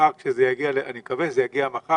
מחר כשזה יגיע לוועדה אני מקווה שזה יגיע מחר